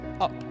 up